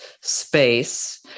space